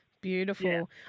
Beautiful